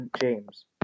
James